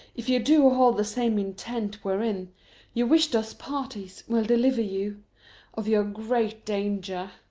if you do hold the same intent wherein you wish'd us parties, we'll deliver you of your great danger.